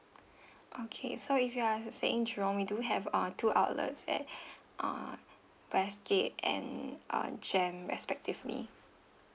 okay so if you are staying in jurong we do have uh two outlets at uh best date end uh jan respectively